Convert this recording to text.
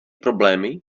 problémy